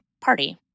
party